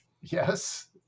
Yes